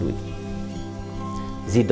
with the